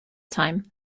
time